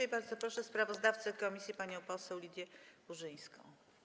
I bardzo proszę sprawozdawcę komisji panią poseł Lidię Burzyńską.